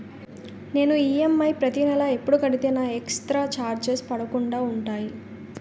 నేను ఈ.ఎమ్.ఐ ప్రతి నెల ఎపుడు కడితే నాకు ఎక్స్ స్త్ర చార్జెస్ పడకుండా ఉంటుంది?